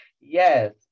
Yes